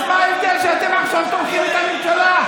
אז מה ההבדל שאתם עכשיו תומכים בממשלה?